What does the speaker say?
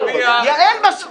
יעל, מספיק.